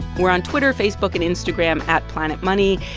we're on twitter, facebook and instagram at planetmoney.